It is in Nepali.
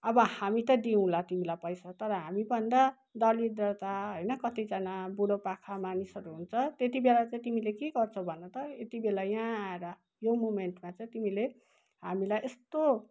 अब हामी त दिउँला तिमीलाई पैसा तर हामीभन्दा दरिद्रता होइन कतिजना बुढापाका मानिसहरू हुन्छ त्यति बेला चाहिँ तिमीले के गर्छौ भन त यति बेला यहाँ आएर यो मुमेन्टमा तिमीले हामीलाई यस्तो